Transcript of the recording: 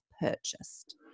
purchased